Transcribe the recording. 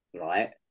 Right